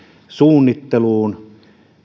suunnitteluun